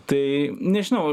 tai nežinau